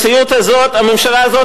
ראש הממשלה.